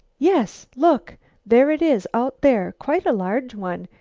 yes, look there it is out there, quite a large one.